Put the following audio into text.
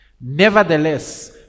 Nevertheless